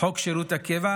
או חוק שירות הקבע,